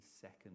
second